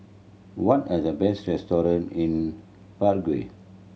what are the best restaurant in Prague